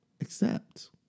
accept